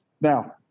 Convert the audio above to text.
Now